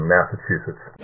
Massachusetts